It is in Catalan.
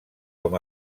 com